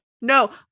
No